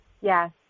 Yes